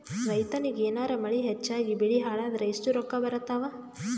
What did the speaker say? ರೈತನಿಗ ಏನಾರ ಮಳಿ ಹೆಚ್ಚಾಗಿಬೆಳಿ ಹಾಳಾದರ ಎಷ್ಟುರೊಕ್ಕಾ ಬರತ್ತಾವ?